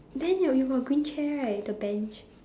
then your you got green chair right the bench